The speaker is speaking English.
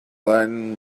latin